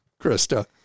Krista